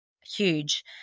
huge